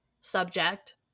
subject